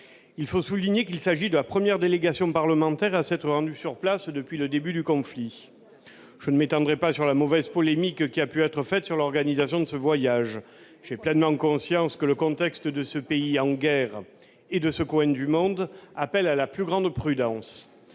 Il faut souligner qu'il s'agit de la première délégation parlementaire à s'être rendue sur place depuis le début du conflit. Je ne m'étendrai pas sur la mauvaise polémique à laquelle a pu donner lieu l'organisation de ce voyage. J'ai pleinement conscience que le contexte de ce pays en guerre et de ce coin du monde appelle à la plus grande prudence.